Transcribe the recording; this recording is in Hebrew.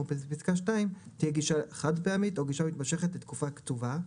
בפסקה (2) תהיה גישה חד-פעמית או גישה מתמשכת לתקופה קצובה,